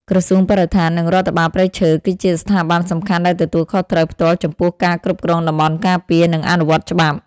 ក្រសួងបរិស្ថាន និងរដ្ឋបាលព្រៃឈើ គឺជាស្ថាប័នសំខាន់ដែលទទួលខុសត្រូវផ្ទាល់ចំពោះការគ្រប់គ្រងតំបន់ការពារ និងអនុវត្តច្បាប់។